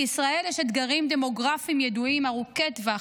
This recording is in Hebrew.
לישראל יש אתגרים דמוגרפיים ידועים ארוכי טווח,